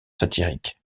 satirique